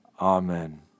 Amen